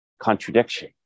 contradiction